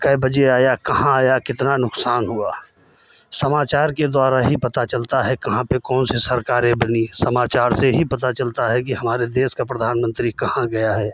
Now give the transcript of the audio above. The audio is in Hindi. कितने बजे आया कहाँ आया कितना नुकसान हुआ समाचार के द्वारा ही पता चलता है कहाँ पर कौन सी सरकार बनी समाचार से ही पता चलता है कि हमारे देश का प्रधानमन्त्री कहाँ गए हैं